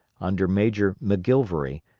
under major mcgilvery,